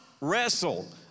wrestle